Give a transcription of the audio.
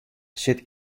sit